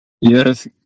Yes